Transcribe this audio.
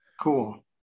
Cool